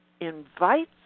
invites